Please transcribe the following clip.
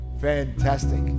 Fantastic